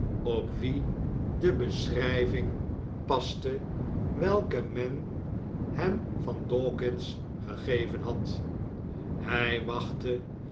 op wien de beschrijving paste welke men hem van dawkins gegeven had hij wachtte